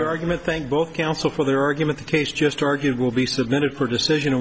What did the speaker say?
your argument thank both counsel for their argument the case just argued will be submitted her decision